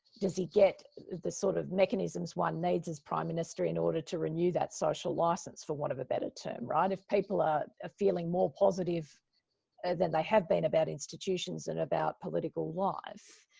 does he get the sort of mechanisms one needs as prime minister in order to renew that social license, for want of a better term? right? if people are ah feeling more positive than they have been about institutions and about political life,